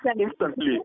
Instantly